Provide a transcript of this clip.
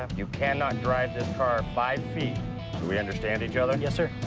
um you cannot drive this car five feet. do we understand each other? and yes, sir.